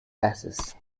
ashes